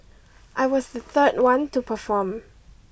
I was the third one to perform